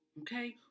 okay